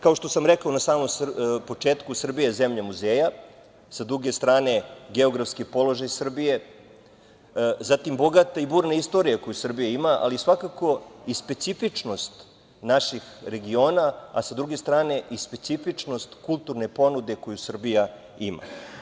Kao, što sam rekao na samom početku, Srbija je zemlja muzeja, sa druge strane geografski položaj Srbije, zatim bogate i burne istorije, koju Srbija ima, ali svakako i specifičnost naših regiona, a sa druge strane specifičnost kulturne ponude koju Srbija ima.